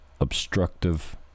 obstructive